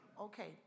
Okay